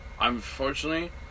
Unfortunately